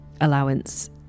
allowance